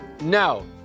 No